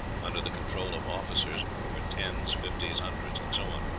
under the control of officers over tens, fifties, hundreds, and so on.